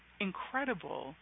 incredible